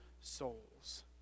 souls